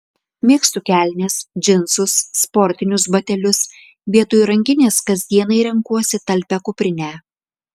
mėgstu kelnes džinsus sportinius batelius vietoj rankinės kasdienai renkuosi talpią kuprinę